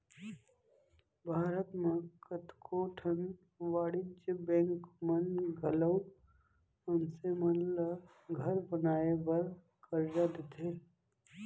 भारत म कतको ठन वाणिज्य बेंक मन घलौ मनसे मन ल घर बनाए बर करजा देथे